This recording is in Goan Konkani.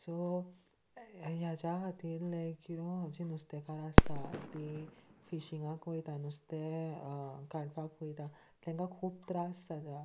सो हेज्या खातीर लायक यू नो जीं नुस्तेंकारां आसता तीं फिशिंगाक वयता नुस्तें काडपाक वयता तेंकां खूब त्रास जाता